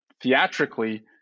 Theatrically